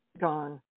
gone